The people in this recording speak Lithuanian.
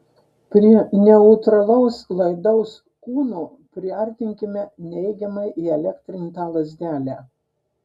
prie neutralaus laidaus kūno priartinkime neigiamai įelektrintą lazdelę